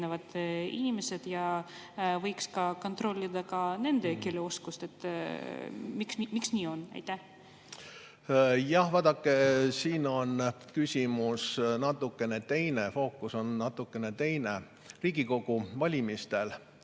ja võiks kontrollida ka nende keeleoskust. Miks nii on? Jah, vaadake, siin on küsimus natukene teine. Fookus on natuke teine. Riigikogu valimistel,